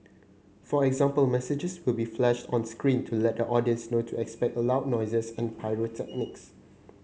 for example messages will be flashed on screen to let the audience know to expect loud noises and pyrotechnics